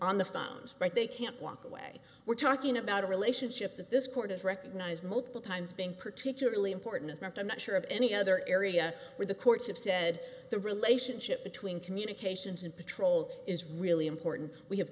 on the phone right they can't walk away we're talking about a relationship that this court has recognized multiple times being particularly important is not a measure of any other area where the courts have said the relationship between communications and patrol is really important we have